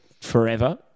forever